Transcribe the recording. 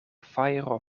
fajro